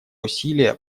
усилия